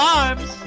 arms